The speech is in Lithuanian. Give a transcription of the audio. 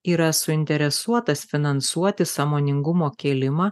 yra suinteresuotas finansuoti sąmoningumo kėlimą